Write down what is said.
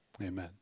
Amen